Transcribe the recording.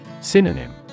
Synonym